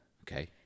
Okay